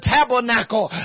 Tabernacle